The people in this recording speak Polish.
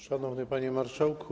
Szanowny Panie Marszałku!